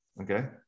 okay